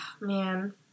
man